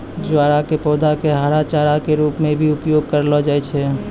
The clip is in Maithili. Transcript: ज्वार के पौधा कॅ हरा चारा के रूप मॅ भी उपयोग करलो जाय छै